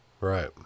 Right